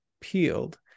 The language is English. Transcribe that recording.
peeled